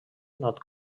nord